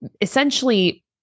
essentially